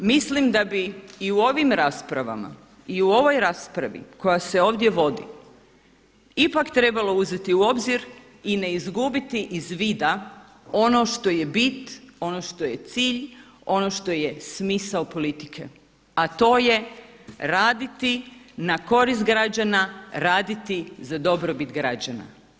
Zbog toga mislim da bi i u ovim raspravama i u ovoj raspravi koja se ovdje vodi ipak trebalo uzeti u obzir i ne izgubiti iz vida ono što je bit, ono što je cilj, ono što je smisao politike, a to je raditi na korist građana, raditi za dobrobit građana.